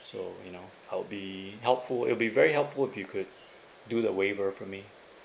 so you know I'll be helpful it will be very helpful if you could do the waiver for me